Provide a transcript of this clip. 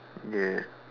ya